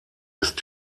ist